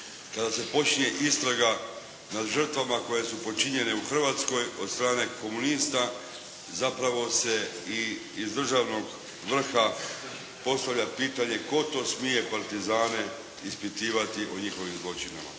Kada se počinje istraga nad žrtvama koje su počinjene u Hrvatskoj od strane komunista zapravo se i iz državnog vrha postavlja pitanje tko to smije partizane ispitivati o njihovim zločinima.